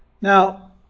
Now